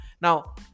Now